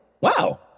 Wow